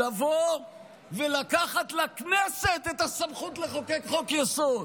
לבוא ולקחת לכנסת את הסמכות לחוקק חוק-יסוד.